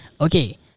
Okay